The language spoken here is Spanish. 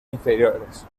inferiores